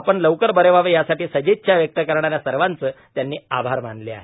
आपण लवकर बरे व्हावे यासाठी सदिच्छा व्यक्त करणाऱ्या सर्वांचे त्यांनी आभार मानले आहेत